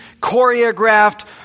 choreographed